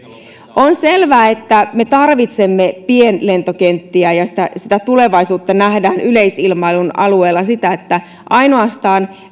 on selvää että me tarvitsemme pienlentokenttiä ja sitä tulevaisuutta nähdään yleisilmailun alueella niin että ainoastaan